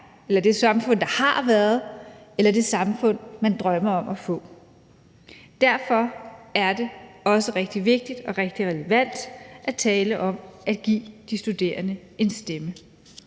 eller det samfund, der har været, eller det samfund, man drømmer om at få. Derfor er det også rigtig vigtigt og rigtig relevant at tale om at give de studerende en stemme,